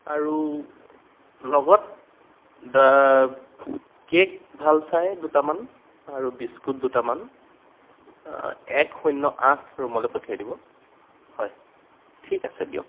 আৰু লগত কেক ভাল চাই দুটামান আৰু বিস্কুট দুটামান এক শূন্য আঠ ৰুমলৈ পঠিয়াই দিব হয় ঠিক আছে দিয়ক